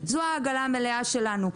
זו העגלה המלאה שלנו.